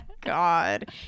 God